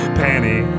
penny